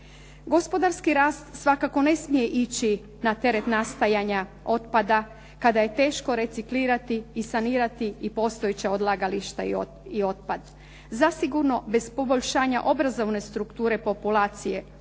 Gospodarski rast svakako ne smije ići na teret nastajanja otpada kada je teško reciklirati i sanirati i postojeća odlagališta i otpad. Zasigurno bez poboljšanja obrazovne strukture populacije,